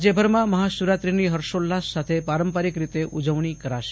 રાજયભરમાં મહાશિવરાત્રિની હર્ષોલ્લાસ સાથે પારંપારિક રીતે ઉજવણી કરાશે